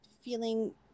feeling